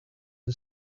and